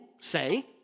say